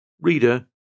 Reader